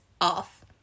off